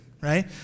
right